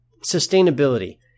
Sustainability